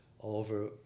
over